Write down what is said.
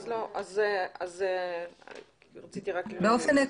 משום מה הן לא עלו בזום.